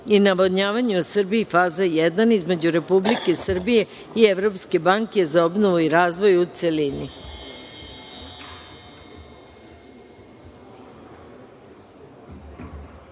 i navodnjavanje u Srbiji – faza 1. između Republike Srbije i Evropske banke za obnovu i razvoj, u